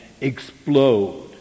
explode